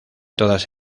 todas